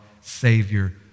Savior